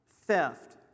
theft